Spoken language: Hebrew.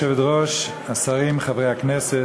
כבוד היושבת-ראש, השרים, חברי הכנסת,